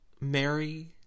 Mary